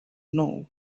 know